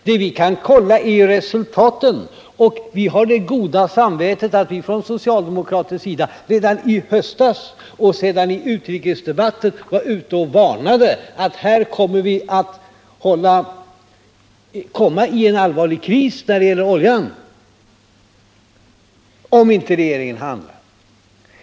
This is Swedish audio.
Det vi kan kolla är resultaten, och vi har det goda samvetet att vi från socialdemokratisk sida redan i höstas och sedan i utrikesdebatten var ute och varnade för att vi skulle komma i en allvarlig kris när det gäller oljan om inte regeringen handlade.